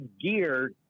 gear